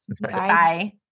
Bye